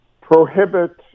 prohibit